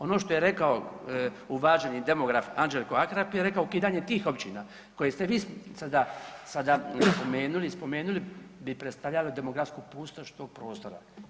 Ono što je rekao uvaženi demograf Anđelko Akrap je rekao ukidanje tih općina koje ste vi sada spomenuli, spomenuli bi predstavljali demografsku pustoš tog prostora.